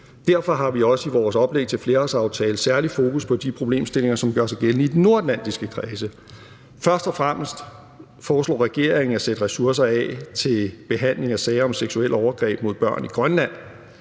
Derfor har vi også i vores oplæg til en flerårsaftale særlig fokus på de problemstillinger, som gør sig gældende i de nordatlantiske kredse. Først og fremmest foreslår regeringen at sætte ressourcer af til behandling af sager om seksuelle overgreb mod børn i Grønland.